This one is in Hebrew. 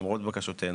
למרות בקשותינו,